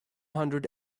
hundred